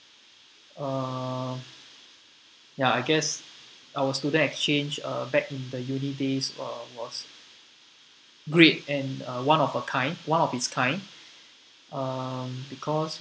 uh ya I guess our student exchange uh back in the uni days were was great and uh one of a kind one of its kind um because